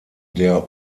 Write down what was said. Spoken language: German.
der